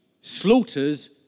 slaughters